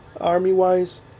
army-wise